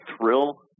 thrill